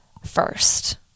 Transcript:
first